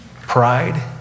Pride